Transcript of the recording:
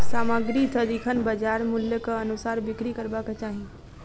सामग्री सदिखन बजार मूल्यक अनुसार बिक्री करबाक चाही